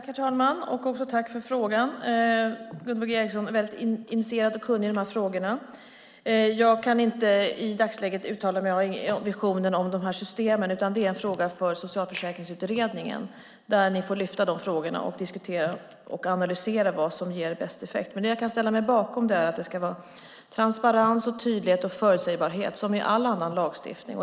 Herr talman! Tack för frågan! Gunvor G Ericson är mycket initierad och kunnig i de här frågorna. Jag kan inte i dagsläget uttala mig om visionen för de här systemen. Det är en fråga för Socialförsäkringsutredningen. Där får ni lyfta de frågorna och diskutera och analysera vad som ger bäst effekt. Det jag kan ställa mig bakom är att det ska vara transparens, tydlighet och förutsägbarhet som i all annan lagstiftning.